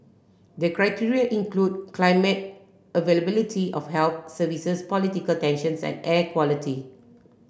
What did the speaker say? the criteria include climate availability of health services political tensions and air quality